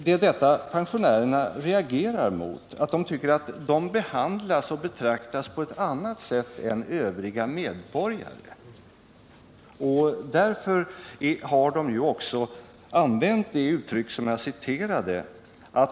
Det är detta pensionärerna reagerar mot. De tycker att de behandlas och betraktas på ett annat sätt än övriga medborgare. Därför har de också använt det uttryck som jag citerade.